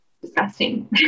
Disgusting